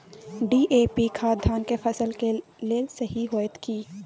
DAP खाद धान के फसल के लेल सही होतय की?